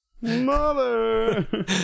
mother